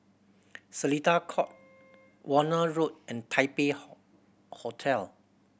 Seletar Court Warna Road and Taipei Hotel